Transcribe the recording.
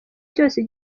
cyose